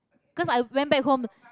'cause i went back home